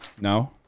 No